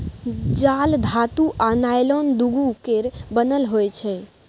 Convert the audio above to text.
जाल धातु आ नॉयलान दुनु केर बनल होइ छै